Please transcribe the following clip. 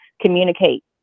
communicate